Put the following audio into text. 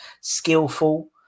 Skillful